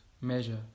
measure